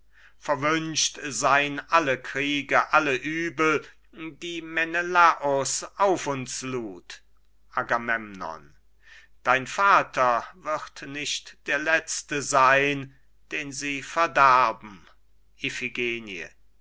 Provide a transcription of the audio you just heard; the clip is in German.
verwünscht sei'n alle kriege alle uebel die menelaus auf uns lud agamemnon dein vater wird nicht der letzte sein den sie verderben